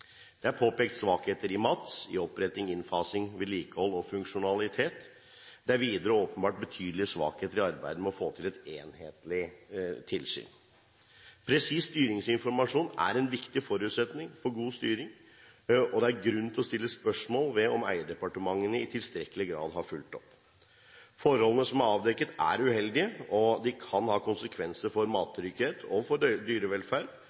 Det er påpekt svakheter i MATS – i oppretting, innfasing og vedlikehold og funksjonalitet. Det er videre åpenbart betydelige svakheter i arbeidet med å få til et enhetlig tilsyn. Presis styringsinformasjon er en viktig forutsetning for god styring, og det er grunn til å stille spørsmål ved om eierdepartementene i tilstrekkelig grad har fulgt opp. Forholdene som er avdekket, er uheldige, og de kan ha konsekvenser for mattrygghet og dyrevelferd